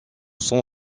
son